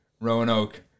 Roanoke